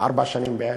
ארבע שנים בערך,